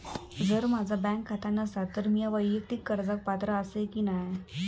जर माझा बँक खाता नसात तर मीया वैयक्तिक कर्जाक पात्र आसय की नाय?